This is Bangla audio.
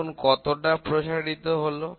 এখন কতটা প্রসারিত হলো